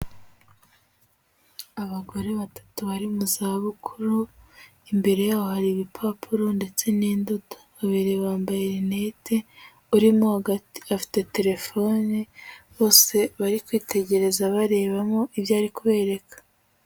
Abagore batatu bari mu za bukuru, imbere yabo hari ibipapuro ndetse n'indodo. Babiri bambaye rinete, urimo hagati afite telefone, bose bari kwitegereza barebamo, ibyo ari kubereka.